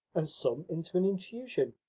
and some into an infusion.